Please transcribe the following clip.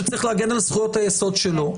שצריך להגן על זכויות היסוד שלו.